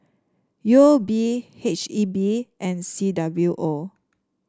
U O B H E B and C W O